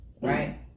right